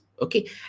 Okay